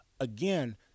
Again